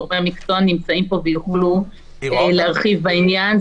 גורמי המקצוע נמצאים פה ויוכלו להרחיב בעניין.